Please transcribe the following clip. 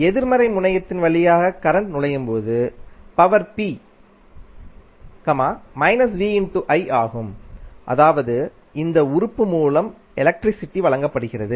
எதிர்மறை முனையத்தின் வழியாக கரண்ட் நுழையும் போது பவர் p ஆகும் அதாவது இந்த உறுப்பு மூலம் எலக்ட்ரிசிட்டி வழங்கப்படுகிறது